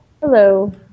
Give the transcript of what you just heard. Hello